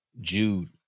Jude